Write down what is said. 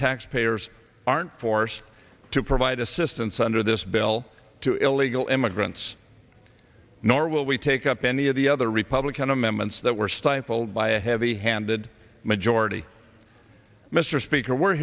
taxpayers aren't forced to provide assistance under this bill to illegal immigrants nor will we take up any of the other republican amendments that were stifled by a heavy handed majority mr speaker we're